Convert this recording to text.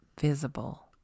visible